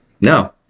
No